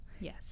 yes